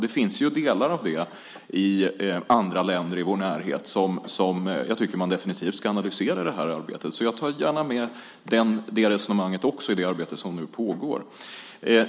Det finns delar av det i andra länder i vår närhet, och jag tycker att man definitivt ska analysera det här arbetet. Jag tar gärna med det resonemanget också i det arbete som nu pågår.